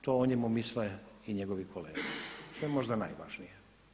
To o njemu misle i njegovi kolege što je možda najvažnije.